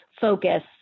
focus